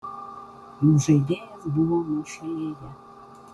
jų žaidėjas buvo nuošalėje